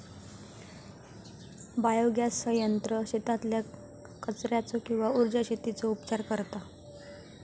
biogas संयंत्र शेतातल्या कचर्याचो किंवा उर्जा शेतीचो उपचार करता